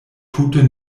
tute